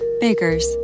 bakers